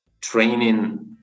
training